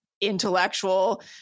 intellectual